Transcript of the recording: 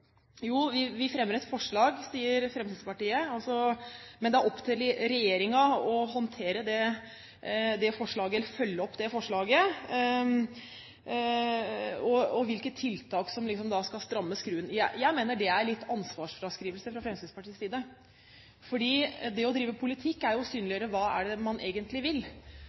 opp til regjeringen å håndtere, eller følge opp, det forslaget og hvilke tiltak som liksom da skal stramme skruen. Jeg mener at det er litt ansvarsfraskrivelse fra Fremskrittspartiets side. For det å drive politikk er jo å synliggjøre hva man egentlig vil.